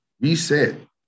Reset